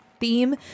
theme